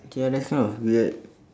K ah that's kind of weird